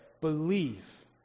believe